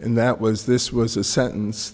and that was this was a sentence